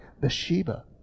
Bathsheba